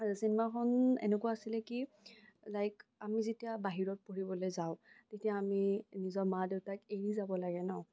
চিনেমাখন এনেকুৱা আছিলে কি লাইক আমি যেতিয়া বাহিৰত পঢ়িবলে যাওঁ তেতিয়া আমি নিজৰ মা দেউতাক এৰি যাব লাগে ন